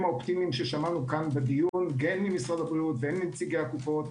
האופטימיים ששמענו בדיון הן ממשרד הבריאות והן מנציגי הקופות.